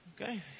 Okay